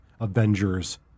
Avengers